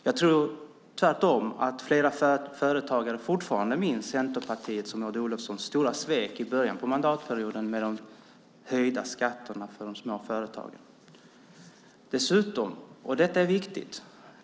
Jag tror tvärtom att flera företagare fortfarande minns Centerpartiets och Maud Olofssons stora svek i början av mandatperioden med de höjda skatterna för de små företagen.